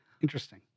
Interesting